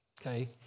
Okay